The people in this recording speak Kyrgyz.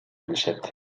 билишет